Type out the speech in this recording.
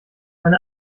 eine